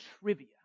trivia